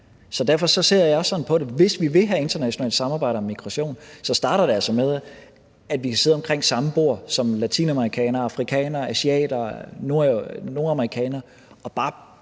hvis vi vil have internationale samarbejder om migration, starter det altså med, at vi kan sidde omkring samme bord som latinamerikanere, afrikanere, asiater, nordamerikanere